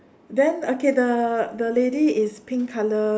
then okay the the lady is pink color